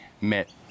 met